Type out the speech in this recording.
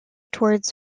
towards